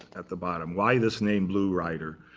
at the bottom. why this name blue rider?